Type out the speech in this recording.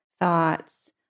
thoughts